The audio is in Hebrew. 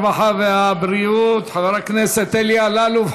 הרווחה והבריאות חבר הכנסת אלי אלאלוף.